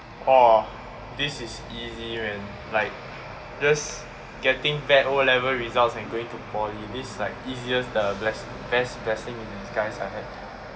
orh this is easy man like just getting back O level results and going to poly this is like easiest the blessing best blessing in disguise in my life